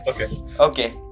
okay